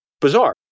bizarre